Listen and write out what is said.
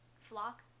Flock